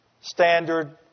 standard